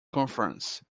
conference